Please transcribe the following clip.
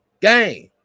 game